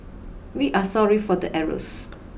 we are sorry for the errors